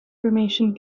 formation